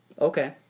Okay